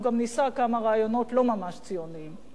הוא גם ניסה כמה רעיונות לא ממש ציוניים.